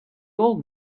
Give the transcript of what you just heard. old